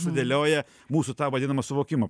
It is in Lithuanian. sudėlioja mūsų tą vadinamą suvokimą